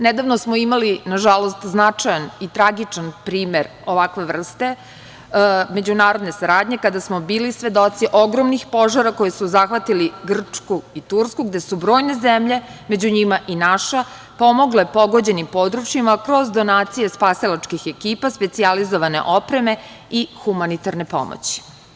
Nedavno smo imali, nažalost, značajan i tragičan primer ovakve vrste međunarodne saradnje kada smo bili svedoci ogromnih požara koji su zahvatili Grčku i Tursku, gde su brojne zemlje, među njima i naša, pomogle pogođenim područjima kroz donacije spasilačkih ekipa, specijalizovane opreme i humanitarne pomoći.